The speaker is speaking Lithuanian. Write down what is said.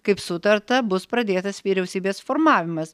kaip sutarta bus pradėtas vyriausybės formavimas